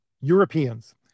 Europeans